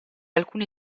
alcuni